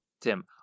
tim